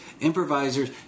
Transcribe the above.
improvisers